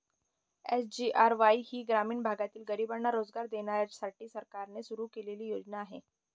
SGRY ही ग्रामीण भागातील गरिबांना रोजगार देण्यासाठी सरकारने सुरू केलेली योजना आहे